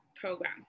program